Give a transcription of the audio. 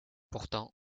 pourtant